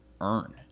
earn